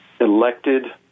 elected